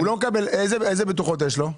הוא לא מקבל, איזה בטוחות יש לו?